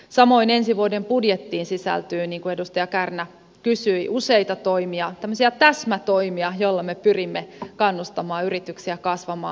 samoin ensi vuoden budjettiin sisältyy niin kuin edustaja kärnä kysyi useita toimia tämmöisiä täsmätoimia joilla me pyrimme kannustamaan yrityksiä kasvamaan